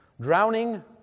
Drowning